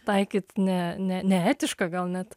taikyti ne ne neetiška gal net